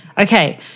Okay